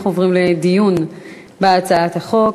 אנחנו עוברים לדיון בהצעת החוק.